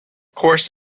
course